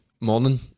Morning